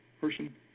person